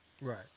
right